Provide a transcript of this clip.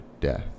death